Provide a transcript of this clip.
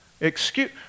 Excuse